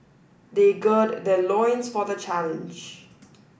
they gird their loins for the challenge